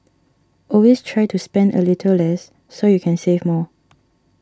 always try to spend a little less so you can save more